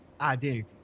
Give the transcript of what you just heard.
identity